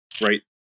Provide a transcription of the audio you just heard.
right